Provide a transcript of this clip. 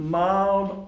mild